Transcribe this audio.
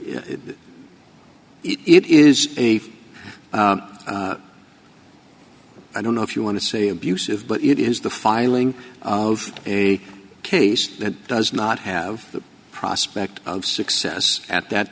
it is a i don't know if you want to say abusive but it is the filing of a case that does not have the prospect of success at that